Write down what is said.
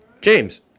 James